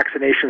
vaccinations